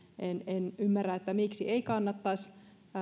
en en ymmärrä miksi ei kannattaisi